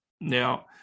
Now